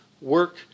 work